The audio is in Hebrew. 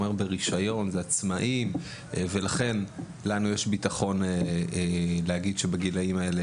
ברישיון; עצמאים ולכן לנו יש ביטחון להגיד שבגילאים האלה